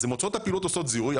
הן עוצרות את הפעילות ועושות זיהוי,